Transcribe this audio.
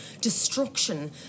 destruction